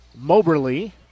Moberly